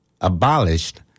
abolished